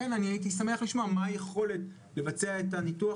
לכן אני הייתי שמח לשמוע מה היכולת לבצע את הניתוח